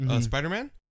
Spider-Man